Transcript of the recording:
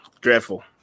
dreadful